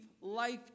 life